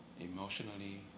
emotionally